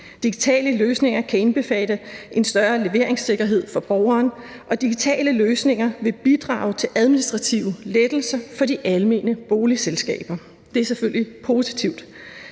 Digitale løsninger kan indbefatte en større leveringssikkerhed for borgeren, og digitale løsninger vil bidrage til administrative lettelser for de almene boligselskaber. Det er selvfølgelig positivt.